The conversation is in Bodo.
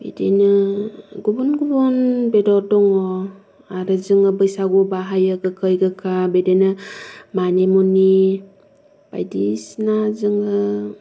बिदिनो गुबुन गुबुन बेदर दङ आरो जोङो बैसागु बाहायो गोखै गोखा बिदिनो मानि मुनि बायदिसिना जोङो